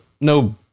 no